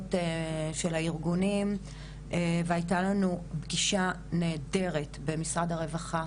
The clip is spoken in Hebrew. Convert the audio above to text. נציגות של הארגונים והייתה לנו פגישה נהדרת במשרד הרווחה,